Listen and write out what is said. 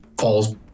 falls